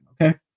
okay